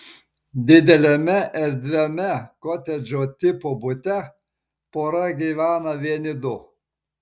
dideliame erdviame kotedžo tipo bute pora gyvena vieni du